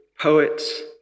poets